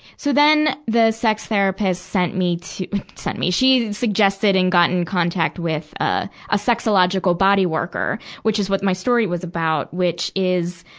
so then, the sex therapist sent me to sent me she suggested and got in contact with, ah, a sexological body worker, which is what my story was about, which is